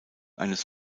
eines